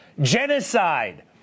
genocide